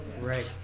Right